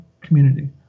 community